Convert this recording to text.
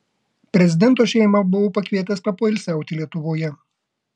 prezidento šeimą buvau pakvietęs papoilsiauti lietuvoje